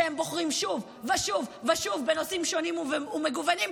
כשהם בוחרים שוב ושוב ושוב בנושאים שונים